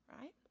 right